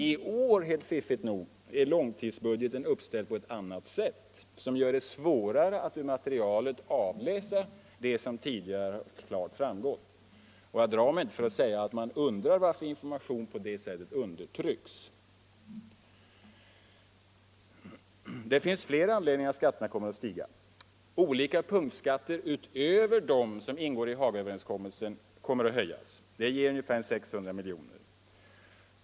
I år är långtidsbudgeten — fiffigt nog — uppställd på ett sätt, som gör det svårare att ur materialet avläsa det som tidigare har klart framgått. Jag drar mig inte för att säga att jag undrar varför information på det sättet undertrycks. Det finns flera anledningar till att skatterna kommer att stiga. Olika punktskatter utöver dem som ingår i Hagaöverenskommelsen kommer att höjas, och det ger ungefär 600 miljoner.